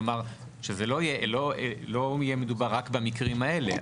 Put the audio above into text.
כלומר שזה לא יהיה מדובר רק במקרים האלה,